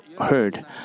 heard